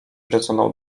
przysunął